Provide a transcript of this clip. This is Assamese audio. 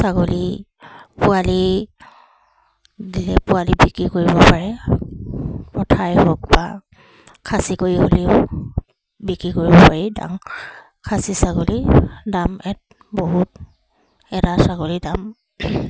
ছাগলী পোৱালি দিলে পোৱালি বিক্ৰী কৰিব পাৰে পঠাই হওক বা খাচী কৰি হ'লেও বিক্ৰী কৰিব পাৰি ডাঙৰ খাচী ছাগলী দাম এক বহুত এটা ছাগলী দাম